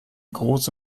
große